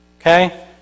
Okay